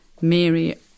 Mary